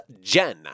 Jen